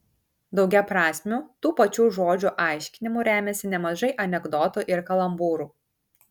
daugiaprasmiu tų pačių žodžių aiškinimu remiasi nemažai anekdotų ir kalambūrų